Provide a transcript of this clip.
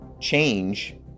change